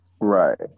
Right